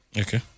okay